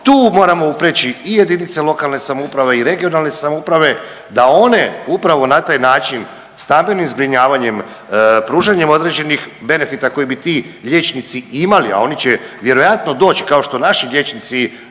tu moramo upreći i jedinice lokalne samouprave i regionalne samouprave da one upravo na taj način stambenim zbrinjavanjem, pružanjem određenih benefita koje bi ti liječnici imali, a oni će vjerojatno doći kao što naši liječnici